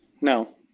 No